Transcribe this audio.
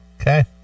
Okay